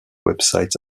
websites